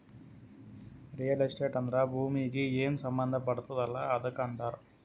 real estate ಅಂದ್ರ ಭೂಮೀಗಿ ಏನ್ ಸಂಬಂಧ ಪಡ್ತುದ್ ಅಲ್ಲಾ ಅದಕ್ ಅಂತಾರ್